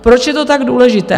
Proč je to tak důležité?